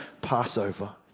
Passover